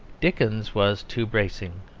dickens was too bracing,